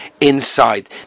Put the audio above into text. inside